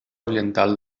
oriental